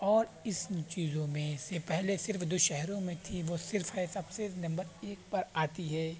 اور اس ان چیزوں میں سے پہلے صرف دو شہروں میں تھی وہ صرف ہے سب سے نمبر ایک پر آتی ہے